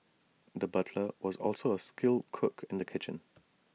the butcher was also A skilled cook in the kitchen